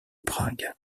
prague